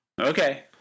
Okay